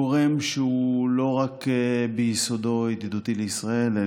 גורם שהוא לא רק ביסודו ידידותי לישראל אלא